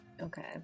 okay